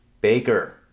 Baker